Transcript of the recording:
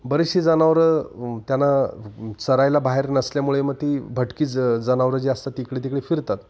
बरेचशी जनावरं त्यांना चरायला बाहेर नसल्यामुळे मग ती भटकी ज जनावरं जी असतात तिकडे तिकडे फिरतात